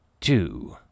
two